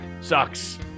Sucks